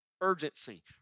Urgency